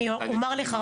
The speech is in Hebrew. אני רק אומר לך,